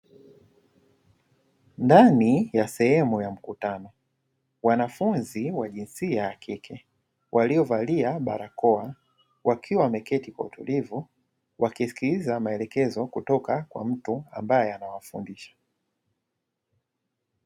Ndani ya sehemu ya mkutano, wanafunzi wa jinsia ya kike walio valia barakoa wakiwa wameketi kwa utulivu wakisikiliza maelekezo kutoka kwa mtu ambae anawafundisha